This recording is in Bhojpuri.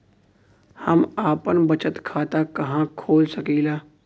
हम आपन बचत खाता कहा खोल सकीला?